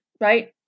right